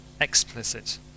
explicit